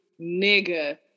nigga